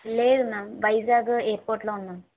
లేదు మ్యామ్ వైజాగ్ ఎయిర్పోర్ట్లో ఉన్నాం